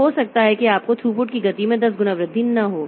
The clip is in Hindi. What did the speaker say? तो हो सकता है कि आपको थ्रूपुट की गति में दस गुना वृद्धि न हो